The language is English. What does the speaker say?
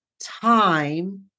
time